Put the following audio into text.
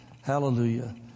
Hallelujah